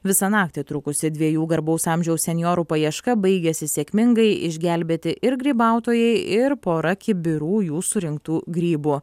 visą naktį trukusi dviejų garbaus amžiaus senjorų paieška baigėsi sėkmingai išgelbėti ir grybautojai ir pora kibirų jų surinktų grybų